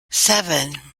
seven